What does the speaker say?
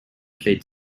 played